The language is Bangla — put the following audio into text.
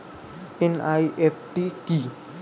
এন.ই.এফ.টি কি?